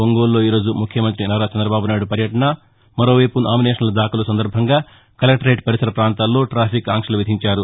ఒంగోలులో ఈరోజు ముఖ్యమంత్రి నారా చంద్రబాబు నాయుడు పర్యటన నామినేషస్ల దాఖలు సందర్భంగా కలెక్టరేట్ పరిసర ప్రాంతాల్లో టాఫిక్ ఆంక్షలు విధించారు